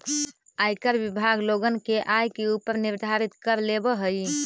आयकर विभाग लोगन के आय के ऊपर निर्धारित कर लेवऽ हई